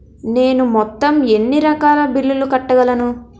నేను మొత్తం ఎన్ని రకాల బిల్లులు కట్టగలను?